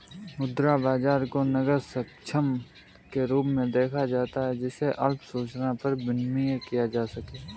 मुद्रा बाजार को नकद समकक्ष के रूप में देखा जाता है जिसे अल्प सूचना पर विनिमेय किया जा सके